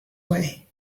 way